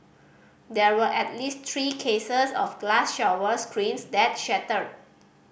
there were at least three cases of glass shower screens that shattered